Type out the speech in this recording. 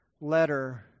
letter